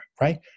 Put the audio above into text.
right